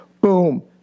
Boom